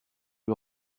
lui